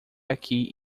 aqui